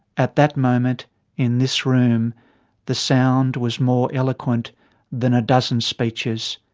at that moment in this room the sound was more eloquent than a dozen speeches.